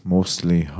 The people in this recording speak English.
Mostly